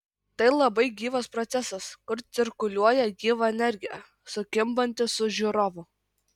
tai labai gyvas procesas kur cirkuliuoja gyva energija sukimbanti su žiūrovu